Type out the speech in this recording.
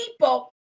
people